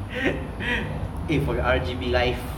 eh for the R_G_B life